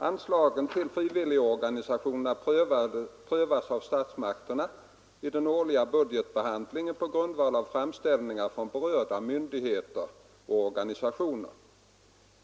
Anslagen till frivilligorganisationerna prövas av statsmakterna i den årliga budgetbehandlingen på grundval av framställningar från berörda myndigheter och organisationer.